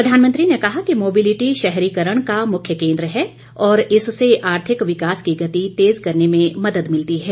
प्रधानमंत्री ने कहा कि मोबिलिटी शहरीकरण का मुख्य कोन्द्र है और इससे आर्थिक विकास की गति तेज करने में मदद मिलती है